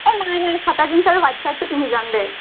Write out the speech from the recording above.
এই নাই নাই ফটা জিনছ আৰু হোৱাইট ছাৰ্টটো পিন্ধি যাম দে